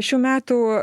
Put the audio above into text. šių metų